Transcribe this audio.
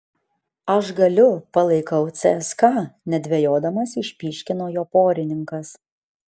aš galiu palaikau cska nedvejodamas išpyškino jo porininkas